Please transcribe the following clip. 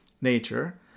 nature